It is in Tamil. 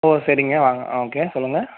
ஓ சரிங்க வாங்க ஆ ஓகே சொல்லுங்கள்